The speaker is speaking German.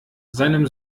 seinem